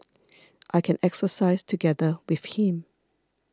I can exercise together with him